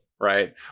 Right